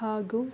ಹಾಗು